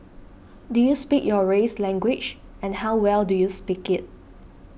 do you speak your race's language and how well do you speak it